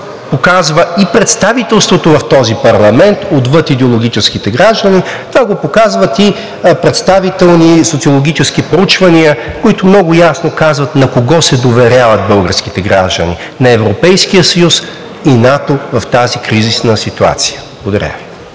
показва и представителството в този парламент, отвъд идеологическите граждани, това го показват и представителни социологически проучвания, които много ясно казват на кого се доверяват българските граждани – на Европейския съюз и НАТО в тази кризисна ситуация. Благодаря.